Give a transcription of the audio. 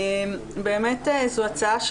זו הצעה,